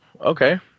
Okay